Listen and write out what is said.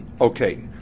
okay